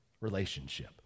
relationship